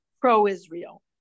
pro-Israel